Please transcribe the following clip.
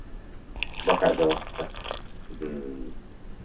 ᱵᱟᱠᱷᱟᱱ ᱫᱚ ᱪᱮᱠᱟ ᱦᱮᱸ